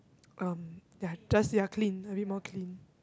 um they are just they are clean a bit more clean